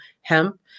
hemp